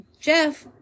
Jeff